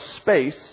space